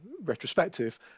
retrospective